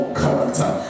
character